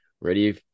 ready